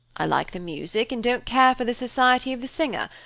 i like the music and don't care for the society of the singer,